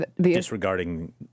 Disregarding